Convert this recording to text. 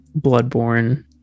bloodborne